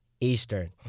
Eastern